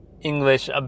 English